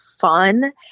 fun